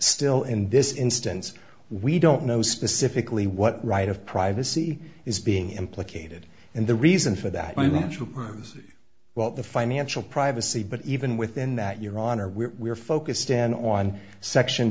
still in this instance we don't know specifically what right of privacy is being implicated and the reason for that we want to see what the financial privacy but even within that your honor we're focused in on section